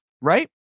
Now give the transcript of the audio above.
right